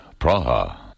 Praha